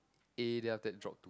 A then after that drop